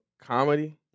comedy